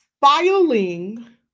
filing